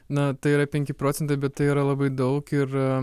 na tai yra p enki procentai bet tai yra labai daug ir